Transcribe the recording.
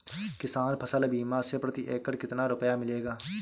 किसान फसल बीमा से प्रति एकड़ कितना रुपया मिलेगा?